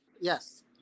yes